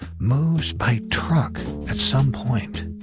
moves by truck at some point.